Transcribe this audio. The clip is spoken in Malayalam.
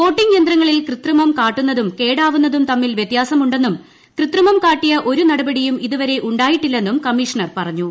വോട്ടിംഗ് യന്ത്രങ്ങളിൽ കൃത്രിമം കാട്ടുന്നതും കേടാവുന്നതും തമ്മിൽ വൃത്യാസമുണ്ടെന്നും കൃത്രിമം കാട്ടിയ ഒരു നടപടിയും ഇതുവരെ ഉണ്ടായിട്ടില്ലെന്നും കമ്മിഷണർ പറഞ്ഞു